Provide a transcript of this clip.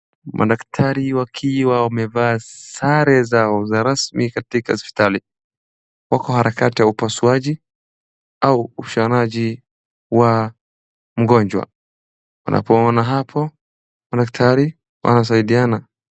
Madaktari wakiwa wamevaa sare zao za rasmi za hospitali wako harakati wa upasuaji au ushonaji wa mgonjwa. Madaktari wanasaidiana.